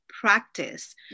practice